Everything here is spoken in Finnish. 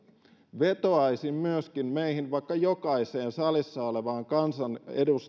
vetoaisin myöskin meihin vaikka jokaiseen salissa olevaan